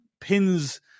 pins